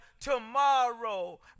tomorrow